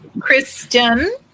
Kristen